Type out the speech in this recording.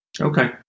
Okay